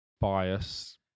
Bias